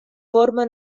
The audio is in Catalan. forma